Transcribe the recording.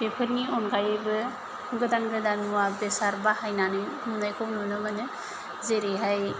बेफोरनि अनगायैबो गोदान गोदान मुवा बेसाद बाहायनानै हमनायखौ नुनो मोनो जेरैहाय